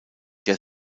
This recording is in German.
der